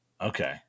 okay